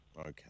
Okay